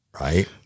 Right